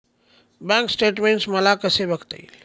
Bank statement मला कसे बघता येईल?